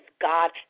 God